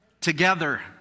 Together